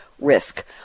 risk